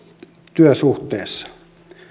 työsuhteessa